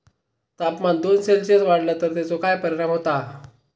तापमान दोन सेल्सिअस वाढला तर तेचो काय परिणाम होता?